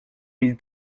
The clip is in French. mille